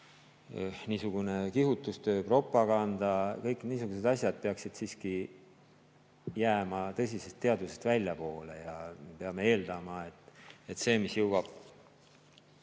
niisugune kihutustöö, propaganda – kõik niisugused asjad peaksid siiski jääma tõsisest teadusest väljapoole. Me peame eeldama, et see, mis jõuab